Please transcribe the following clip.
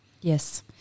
Yes